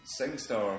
Singstar